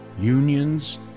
unions